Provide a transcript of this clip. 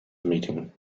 meeting